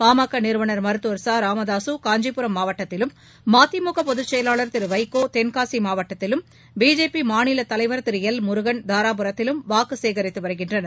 பாமக நிறுவனர் மருத்துவர் ச ராமதாசு காஞ்சிபுரம் மாவட்டத்திலும் மதிமுக பொதுச்செயலாளர் திரு வைகோ தென்காசி மாவட்டத்திலும் பிஜேபி மாநிலத்தலைவர் திரு எல் முருகள் தாராபுரத்திலும் வாக்கு சேகரித்து வருகின்றனர்